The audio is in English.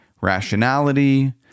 Rationality